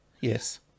Yes